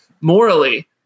morally